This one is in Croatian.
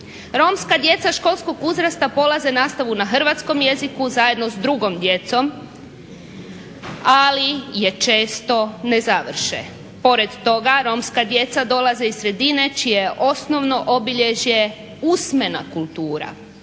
Romska djeca školskog uzrasta polaze nastavu na hrvatskom jeziku zajedno sa drugom djecom, ali je često ne završe. Pored toga romska djeca dolaze iz sredine čije je osnovno obilježje usmena kultura,